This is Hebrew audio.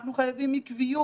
אנחנו חייבים עקביות